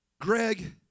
Greg